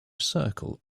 circle